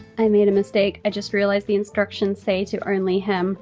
i made a mistake, i just realized the instructions say to only hem